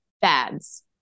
fads